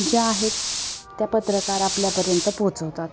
ज्या आहेत त्या पत्रकार आपल्यापर्यंत पोचवतात